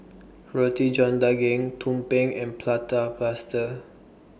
Roti John Daging Tumpeng and Prata Plaster